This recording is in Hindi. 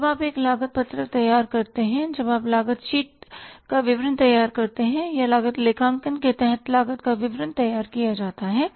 जब आप एक लागत पत्रक तैयार करते हैं जब आप लागत शीट का विवरण तैयार करते हैं या लागत लेखांकन के तहत लागत का विवरण तैयार किया जाता है